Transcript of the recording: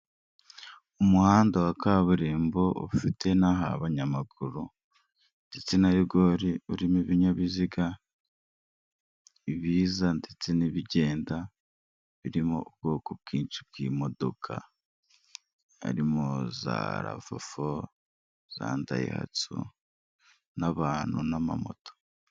Umuhanda wa kaburimbo ufite n'ahabanyamaguru ndetse na rigori urimo ibinyabiziga ibiza ndetse n'ibigenda birimo ubwoko bwinshi bw'imodoka, harimo za rave fo za ndayihatsu n'abantu n'amamoto.